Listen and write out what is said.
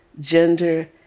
gender